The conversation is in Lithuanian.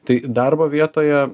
tai darbo vietoje